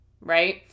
right